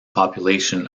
population